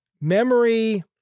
memory